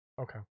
okay